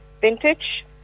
Vintage